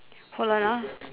hold on ah